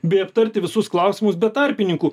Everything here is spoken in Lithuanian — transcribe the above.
bei aptarti visus klausimus be tarpininkų